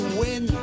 win